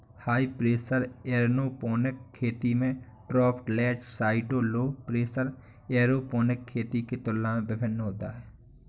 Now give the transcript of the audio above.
high pressure aeroponic खेती में droplet size low pressure aeroponic खेती के तुलना में भिन्न होता है